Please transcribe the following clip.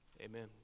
amen